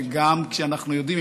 וגם כי אנחנו יודעים,